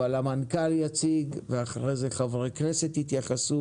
אבל המנכ"ל יציג ואחרי זה חברי הכנסת יתייחסו